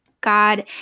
God